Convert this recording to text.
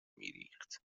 میریخت